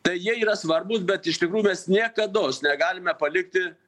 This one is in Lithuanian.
tai jie yra svarbūs bet iš tikrųjų mes niekados negalime palikti